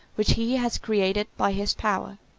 which he has created by his power.